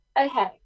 Okay